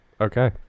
Okay